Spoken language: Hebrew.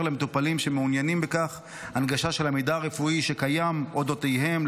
למטופלים שמעוניינים בכך הנגשה של המידע הרפואי שקיים על אודותיהם,